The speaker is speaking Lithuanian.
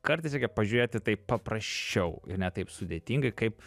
kartais reikia pažiūrėt į taip paprasčiau ir ne taip sudėtingai kaip